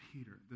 Peter